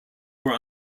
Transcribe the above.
were